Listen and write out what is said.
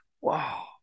Wow